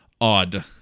Odd